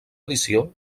edició